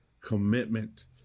commitment